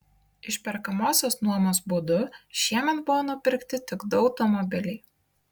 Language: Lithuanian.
išperkamosios nuomos būdu šiemet buvo nupirkti tik du automobiliai